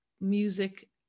music